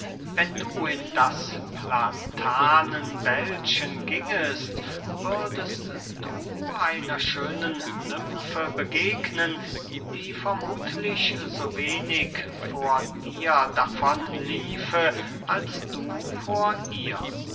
wenn du in das platanenwäldchen gingest würdest du einer schönen nymfe begegnen die vermuthlich so wenig vor dir davon liefe als du vor ihr